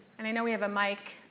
and i know we have a mic.